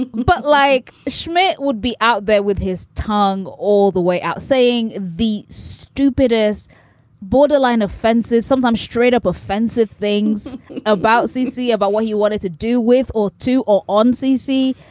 but like schmidt would be out there with his tongue all the way out saying be stupid is borderline offensive. sometimes straight-up offensive things about ceecee about what you wanted to do with or to or on ceecee.